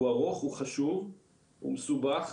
הוא ארוך, הוא חשוב, הוא מסובך.